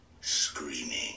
screaming